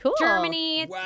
Germany